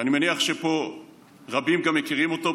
שאני מניח שרבים פה מכירים אותו,